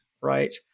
right